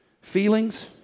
feelings